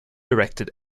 directed